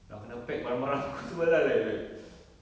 nak kena pack barang-barang aku semua lah like like